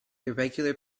irregular